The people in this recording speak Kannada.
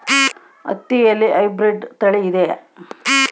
ಹತ್ತಿಯಲ್ಲಿ ಹೈಬ್ರಿಡ್ ತಳಿ ಇದೆಯೇ?